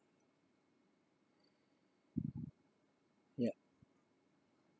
yup